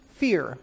fear